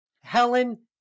Helen